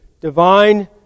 divine